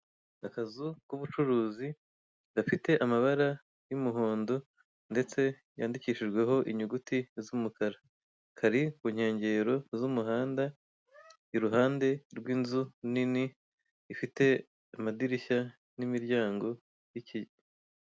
Akazu k'ubucuruzi gafite amabara y'umuhondo ndetse yandikishijweho inyuguti z'umukara, kari ku nkengero z'umuhanda iruhande rw'inzu nini ifite amadirishya n'imiryango.